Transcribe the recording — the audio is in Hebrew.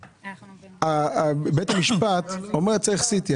אומר: צריך סי טי.